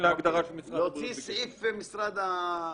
להוציא סעיף משרד הבריאות.